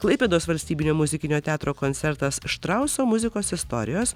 klaipėdos valstybinio muzikinio teatro koncertas štrauso muzikos istorijos